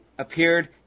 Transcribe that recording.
appeared